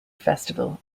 festival